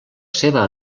seva